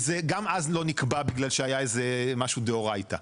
וגם אז זה לא נקבע, בגלל שהיה איזה משהו דאורייתא.